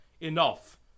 enough